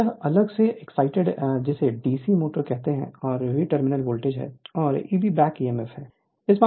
तो यह अलग से एक्साइटेड जिसे डीसी मोटर कहते हैं और V टर्मिनल वोल्टेज है और Eb बैक ईएमएफ है